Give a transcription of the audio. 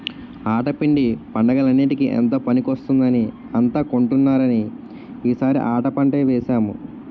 ఆటా పిండి పండగలన్నిటికీ ఎంతో పనికొస్తుందని అంతా కొంటున్నారని ఈ సారి ఆటా పంటే వేసాము